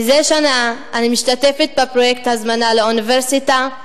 מזה שנה אני משתתפת בפרויקט "הזמנה לאוניברסיטה",